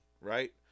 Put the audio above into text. right